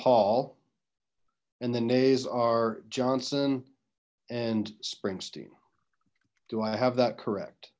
paul and the nays are johnson and springsteen do i have that correct